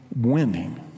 winning